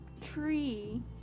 tree